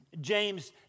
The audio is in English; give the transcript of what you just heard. James